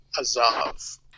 Azov